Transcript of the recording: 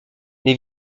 les